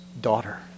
daughter